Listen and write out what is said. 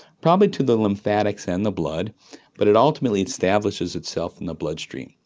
probably to the lymphatics and the blood but it ultimately establishes itself in the bloodstream.